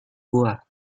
buah